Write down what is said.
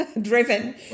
driven